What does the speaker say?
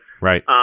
Right